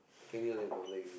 Kent Hill from there can